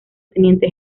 teniente